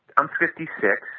i'm fifty six,